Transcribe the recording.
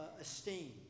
esteem